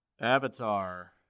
avatar